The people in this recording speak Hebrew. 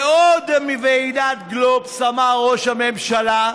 ועוד בוועידת גלובס אמר ראש הממשלה: